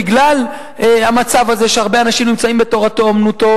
בגלל המצב הזה שהרבה אנשים נמצאים במעמד תורתו-אומנותו,